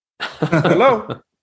Hello